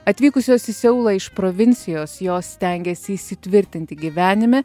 atvykusios į seulą iš provincijos jos stengiasi įsitvirtinti gyvenime